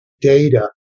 data